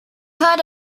heard